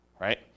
right